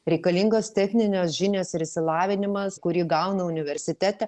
reikalingos techninės žinios ir išsilavinimas kurį gauna universitete